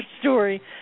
story